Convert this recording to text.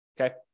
okay